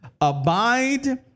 abide